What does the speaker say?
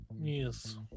Yes